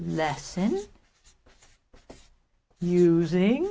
lessons using